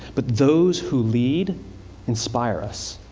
but those who lead inspire us.